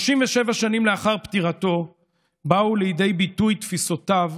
37 שנים לאחר פטירתו באו לידי ביטוי תפיסותיו